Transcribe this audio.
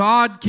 God